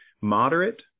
Moderate